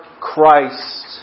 Christ